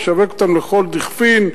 נשווק אותן לכל דכפין,